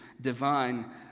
divine